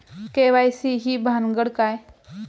KYC ही भानगड काय?